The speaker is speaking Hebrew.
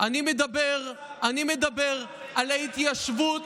אני מדבר על ההתיישבות.